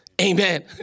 Amen